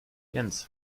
jens